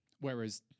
Whereas